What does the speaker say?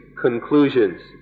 conclusions